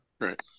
Right